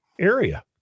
area